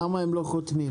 למה הם לא חותמים?